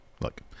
Look